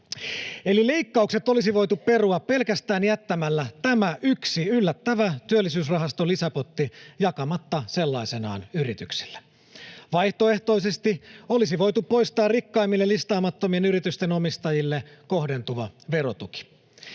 Eli leikkaukset olisi voitu perua pelkästään jättämällä tämä yksi yllättävä työllisyysrahaston lisäpotti jakamatta sellaisenaan yrityksille. Vaihtoehtoisesti olisi voitu poistaa rikkaimmille listaamattomien yritysten omistajille kohdentuva verotuki.